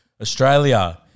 Australia